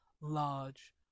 large